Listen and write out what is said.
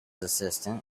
assistant